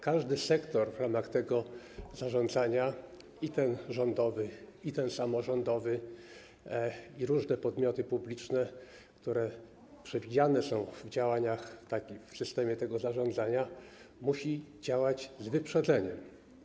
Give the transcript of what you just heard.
Każdy sektor w ramach tego zarządzania: i ten rządowy, i ten samorządowy, i różne podmioty publiczne, które są przewidziane w systemie tego zarządzania, musi działać z wyprzedzeniem.